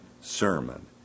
sermon